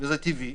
וזה טבעי,